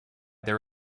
there